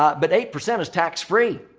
but but eight percent is tax-free.